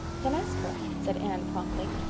then ask her, said anne promptly.